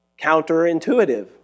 Counterintuitive